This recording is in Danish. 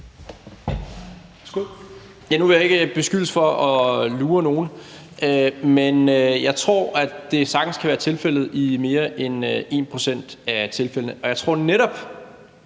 Nu vil jeg ikke beskyldes for at lure nogen, men jeg tror, at det sagtens kan være tilfældet i mere end 1 pct. af tilfældene, og jeg tror netop,